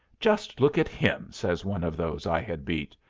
just look at him! says one of those i had beat.